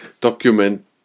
document